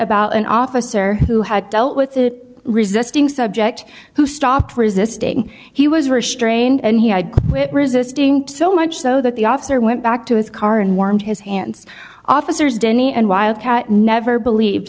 about an officer who had dealt with the resisting subject who stopped resisting he was restrained and he had quit resisting to so much so that the officer went back to his car and warmed his hands officers denny and wildcat never believed